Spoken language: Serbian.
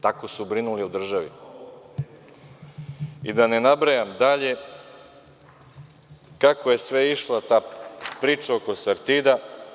Tako su brinuli o državi i da ne nabrajam dalje kako je sve išla ta priča oko „Sartida“